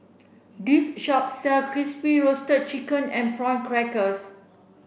this shop sell crispy roasted chicken with prawn crackers